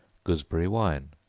gooseberry wine.